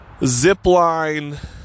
zipline